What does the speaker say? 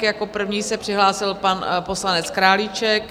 Jako první se přihlásil pan poslanec Králíček.